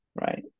Right